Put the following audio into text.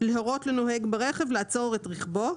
להורות לנוהג ברכב לעצור את רכבו,